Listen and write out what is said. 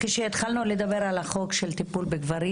כשהתחלנו לדבר על החוק של טיפול בגברים